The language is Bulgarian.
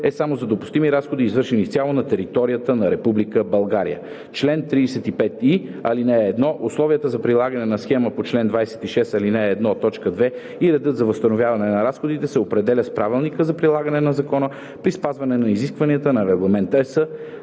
е само за допустими разходи, извършени изцяло на територията на Република България. Чл. 35и. (1) Условията за прилагане на схемата по чл. 26, ал. 1, т. 2 и редът за възстановяване на разходите се определят с правилника за прилагане на закона при спазване на изискванията на